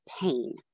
pain